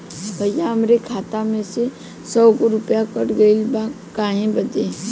भईया हमरे खाता मे से सौ गो रूपया कट गइल बा काहे बदे?